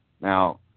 Now